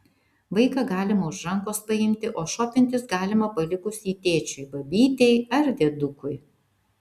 vaiką galima už rankos paimti o šopintis galima palikus jį tėčiui babytei ar diedukui